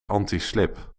antislip